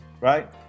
Right